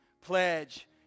pledge